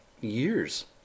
years